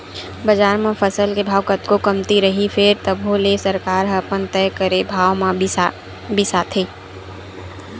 बजार म फसल के भाव कतको कमती रइही फेर तभो ले सरकार ह अपन तय करे भाव म बिसाथे